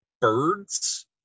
birds